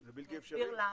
אני אסביר למה.